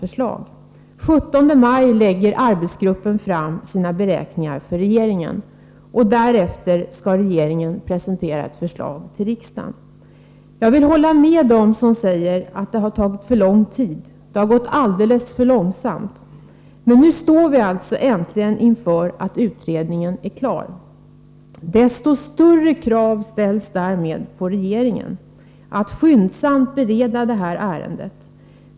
Den 17 maj lägger arbetsgruppen fram sina beräkningar för regeringen. Därefter skall regeringen presentera ett förslag för riksdagen. Jag håller med dem som säger att det har tagit för lång tid. Det har verkligen gått alldeles för långsamt. Äntligen står vi alltså inför det faktum att utredningen är klar. Desto större är således kraven på regeringen att skyndsamt bereda det här ärendet.